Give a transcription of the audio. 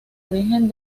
origen